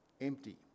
empty